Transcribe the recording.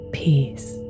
peace